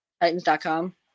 Titans.com